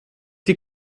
die